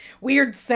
weird